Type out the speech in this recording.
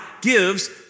gives